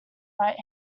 right